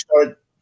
start